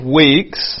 weeks